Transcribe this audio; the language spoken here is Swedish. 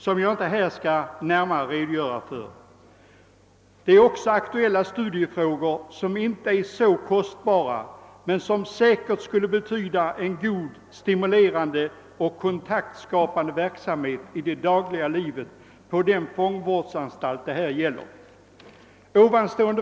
Jag skall inte närmare redogöra för dem, men de tar upp andra aktuella studiefrågor som inte är så kostsamma men som säkerligen skulle medföra en stimulerande och <:kontaktskapande verksamhet i det dagliga livet på den fångvårdsanstalt det gäller.